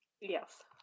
Yes